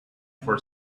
for